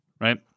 right